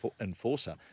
enforcer